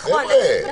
נכון.